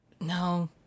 no